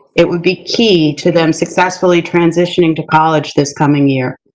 it would be key to them successfully transitioning to college this coming year.